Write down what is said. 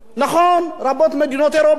נכון, רבות ממדינות אירופה.